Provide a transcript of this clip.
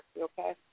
okay